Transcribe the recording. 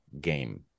game